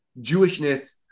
Jewishness